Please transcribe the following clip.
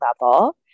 level